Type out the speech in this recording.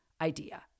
idea